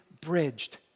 bridged